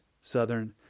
Southern